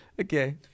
Okay